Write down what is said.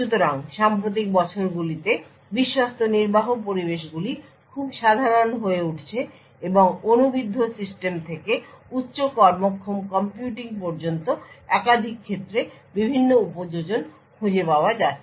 সুতরাং সাম্প্রতিক বছরগুলিতে বিশ্বস্ত নির্বাহ পরিবেশগুলি খুব সাধারণ হয়ে উঠছে এবং অনুবিদ্ধ সিস্টেম থেকে উচ্চ কর্মক্ষম কম্পিউটিং পর্যন্ত একাধিক ক্ষেত্রে বিভিন্ন উপযোজন খুঁজে পাওয়া যাচ্ছে